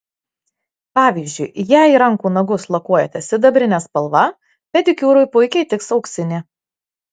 pavyzdžiui jei rankų nagus lakuojate sidabrine spalva pedikiūrui puikiai tiks auksinė